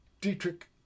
Dietrich